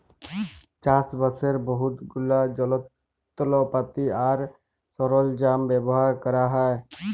চাষবাসের বহুত গুলা যলত্রপাতি আর সরল্জাম ব্যাভার ক্যরা হ্যয়